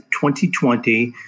2020